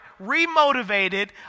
remotivated